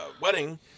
wedding